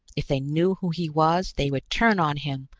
if they knew who he was, they would turn on him,